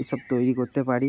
এইসব তৈরি করতে পারি